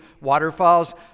waterfalls